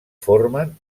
formen